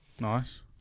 Nice